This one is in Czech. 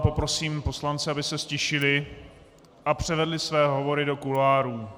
Poprosím poslance, aby se ztišili a převedli své hovory do kuloárů.